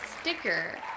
sticker